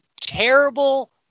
terrible